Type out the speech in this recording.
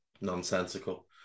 nonsensical